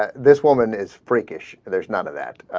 ah this woman is freakish there's none of that